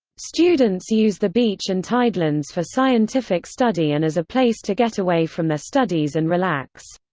students use the beach and tidelands for scientific study and as a place to get away from their studies and relax.